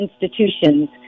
institutions